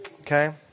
Okay